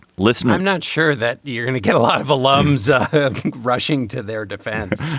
listen, i'm not sure that you're going to get a lot of alarms rushing to their defense